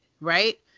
Right